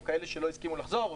או כאלה שלא הסכימו לחזור,